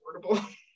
affordable